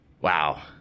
Wow